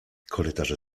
korytarze